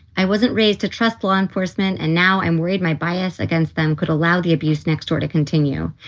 i wasn't raised to trust law enforcement and now i'm worried my bias against them could allow the abuse next door to continue.